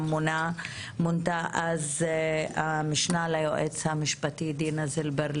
מונתה המשנה ליועץ המשפטי דינה זילבר,